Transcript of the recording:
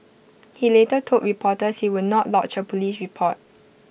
he later told reporters he would not lodge A Police report